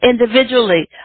individually